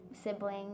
sibling